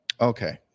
Okay